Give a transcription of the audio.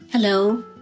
Hello